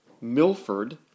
Milford